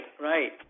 right